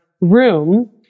room